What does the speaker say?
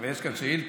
הרי יש כאן שאילתה,